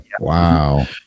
Wow